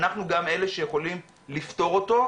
אנחנו גם אלה שיכולים לפתור אותו,